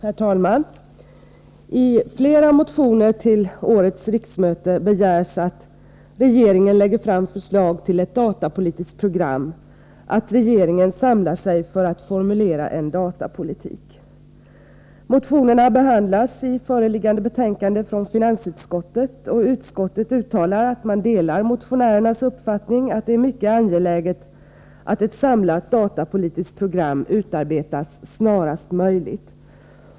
Herr talman! I flera motioner till årets riksmöte begärs att regeringen lägger fram förslag till ett datapolitiskt program och att regeringen samlar sig för att formulera en datapolitik. Motionerna behandlas i föreliggande betänkande från finansutskottet. Utskottet uttalar att man delar motionärernas uppfattning att det är mycket angeläget att ett samlat datapolitiskt program utarbetas snarast möjligt.